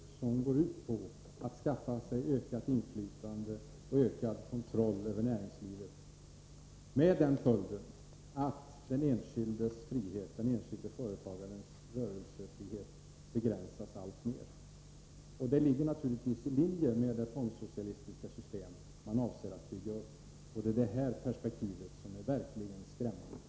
Allt detta går ut på att skaffa sig ökat inflytande och ökad kontroll över näringslivet. Det får den följden att den enskilde företagarens rörelsefrihet begränsas alltmer. Det ligger naturligtvis i linje med det fondsocialistiska system som man avser att bygga upp. Det är detta perspektiv som verkligen är skrämmande.